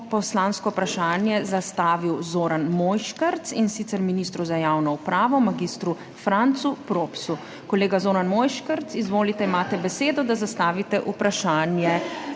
poslansko vprašanje zastavil Zoran Mojškrc, in sicer ministru za javno upravo mag. Francu Propsu. Kolega Zoran Mojškerc, izvolite, imate besedo, da zastavite vprašanje